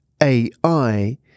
AI